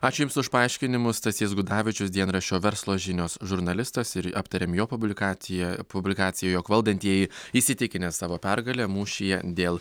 ačiū jums už paaiškinimus stasys gudavičius dienraščio verslo žinios žurnalistas ir aptarėm jo publikaciją publikaciją jog valdantieji įsitikinę savo pergale mūšyje dėl